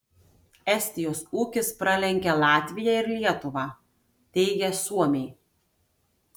estijos ūkis pralenkia latviją ir lietuvą teigia suomiai